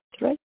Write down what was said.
right